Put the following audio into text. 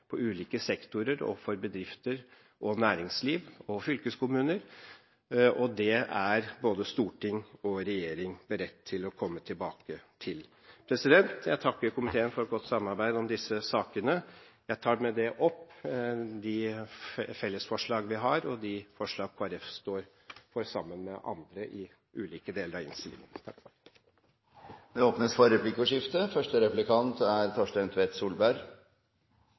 på i den saken, er at vi er tilfreds med det regjeringen har lagt fram, men vi – i likhet med regjeringen – ser at dette må følges opp. Vi må se hvordan virkningen blir for ulike sektorer og for bedrifter, næringsliv og fylkeskommuner, og det er både storting og regjering beredt til å komme tilbake til. Jeg takker komiteen for godt samarbeid om disse sakene og vil med dette anbefale innstillingen. Det åpnes for replikkordskifte.